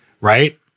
Right